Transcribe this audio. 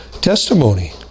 testimony